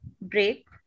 break